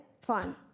fine